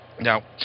Now